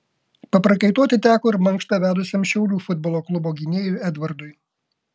paprakaituoti teko ir mankštą vedusiam šiaulių futbolo klubo gynėjui edvardui